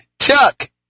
Chuck